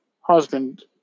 husband